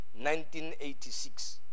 1986